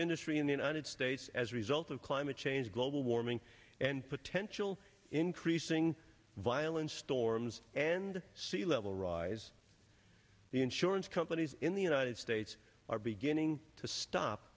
industry in the united states as a result of climate change global warming and potential increasing violence storms and sea level rise the insurance companies in the united states are beginning to stop